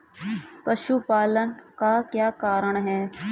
पशुपालन का क्या कारण है?